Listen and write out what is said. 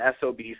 SOB